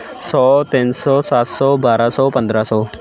ਸੌ ਤਿੰਨ ਸੌ ਸੱਤ ਸੌ ਬਾਰ੍ਹਾਂ ਸੌ ਪੰਦਰ੍ਹਾਂ ਸੌ